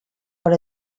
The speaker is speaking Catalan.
per